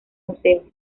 museo